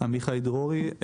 המקומי.